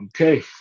Okay